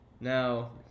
Now